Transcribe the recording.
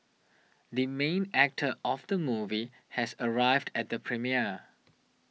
the main actor of the movie has arrived at the premiere